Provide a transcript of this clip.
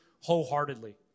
wholeheartedly